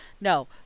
no